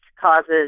causes